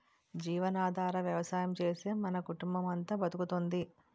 జీవనాధార వ్యవసాయం చేసే మన కుటుంబమంతా బతుకుతోంది